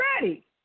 ready